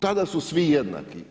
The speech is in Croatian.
Tada su svi jednaki.